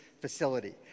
facility